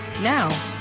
Now